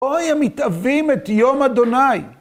אוי, הם מתאבים את יום אדוני.